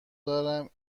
دارم